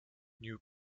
new